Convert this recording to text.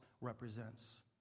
represents